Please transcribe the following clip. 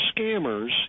scammers